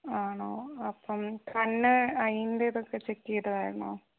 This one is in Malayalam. ആണോ അപ്പം കണ്ണ് അതിൻ്റെ ഇതൊക്കെ ചെക്ക് ചെയ്തതായിരുന്നോ